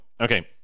okay